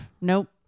Nope